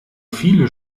viele